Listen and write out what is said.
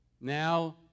Now